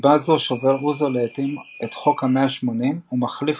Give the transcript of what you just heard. מסיבה זו שובר אוזו לעיתים את חוק ה-180 ומחליף